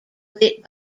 lit